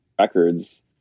records